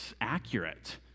accurate